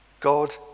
God